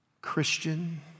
Christian